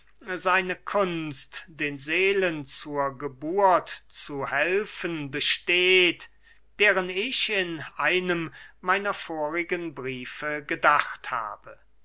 seine kunst den seelen zur geburt zu helfen besteht deren ich in einem meiner vorigen briefe gedacht habe